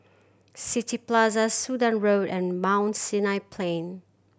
City Plaza Sudan Road and Mount Sinai Plain